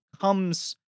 comes